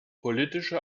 politische